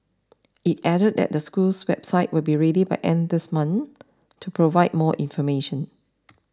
it added that the school's website will be ready by end this month to provide more information